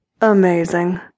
Amazing